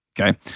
Okay